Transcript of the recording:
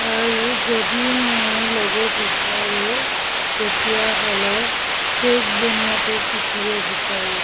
আৰু যদি মই ল'ব বিচাৰোঁ তেতিয়াহ'লে কেক বনোৱাটো শিকিব বিচাৰোঁ